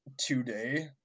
today